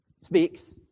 speaks